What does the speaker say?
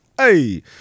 Hey